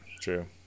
True